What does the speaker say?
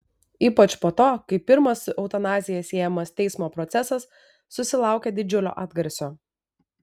ypač po to kai pirmas su eutanazija siejamas teismo procesas susilaukė didžiulio atgarsio